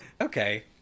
okay